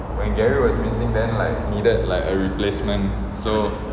when gary was missing then like needed like a replacement so